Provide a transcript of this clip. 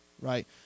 right